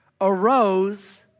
arose